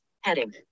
heading